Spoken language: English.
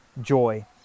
joy